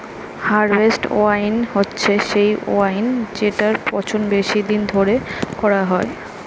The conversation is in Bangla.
হারভেস্ট ওয়াইন হচ্ছে সেই ওয়াইন জেটার পচন বেশি দিন ধরে করা হয়